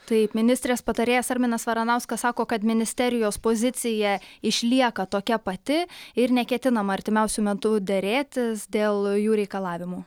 taip ministrės patarėjas arminas varanauskas sako kad ministerijos pozicija išlieka tokia pati ir neketinama artimiausiu metu derėtis dėl jų reikalavimų